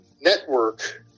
network